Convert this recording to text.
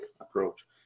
approach